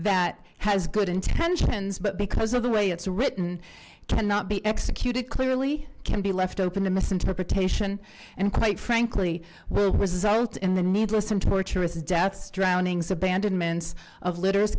that has good intentions but because of the way it's written it cannot be executed clearly can be left open to misinterpretation and quite frankly will result in the needless and torturous deaths drownings abandonments of litters of